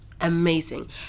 amazing